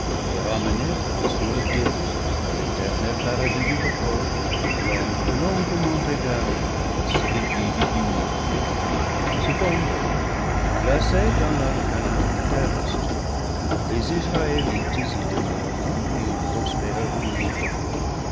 ramener en sûreté à l'é ternel paradis du repos l'homme longuement égaré dans la solitude du monde cependant placé dans leur chanaan terrestre les israélites y demeureront et y prospéreront longtemps